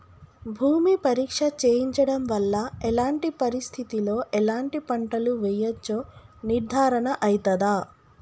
భూమి పరీక్ష చేయించడం వల్ల ఎలాంటి పరిస్థితిలో ఎలాంటి పంటలు వేయచ్చో నిర్ధారణ అయితదా?